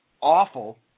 awful